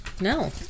No